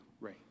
Ray